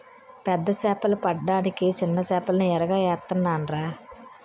పెద్ద సేపలు పడ్డానికి సిన్న సేపల్ని ఎరగా ఏత్తనాన్రా